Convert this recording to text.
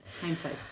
hindsight